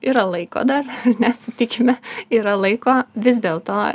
yra laiko dar mes tikime yra laiko vis dėlto